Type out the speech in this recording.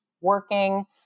working